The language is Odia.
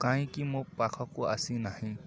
କାହିଁକି ମୋ ପାଖକୁ ଆସିନାହିଁ